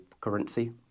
currency